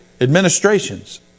administrations